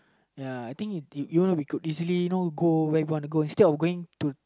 ya I think if if you want you could easily go where you want to go instead of going to